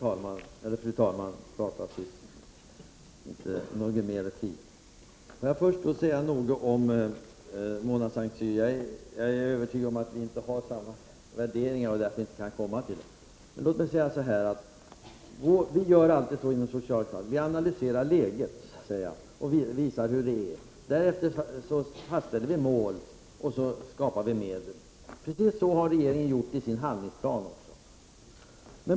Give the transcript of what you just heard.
Fru talman! Jag är övertygad om att Mona Saint Cyr och jag inte har samma värderingar och därför inte kan komma överens på detta område. Vi inom socialdemokratin analyserar alltid läget på skilda områden samt fastställer därefter mål och tar fram medel. Precis så har regeringen gjort i sin handlingsplan.